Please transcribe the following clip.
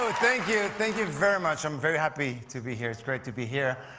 ah thank you, thank you very much. i'm very happy to be here, it's great to be here.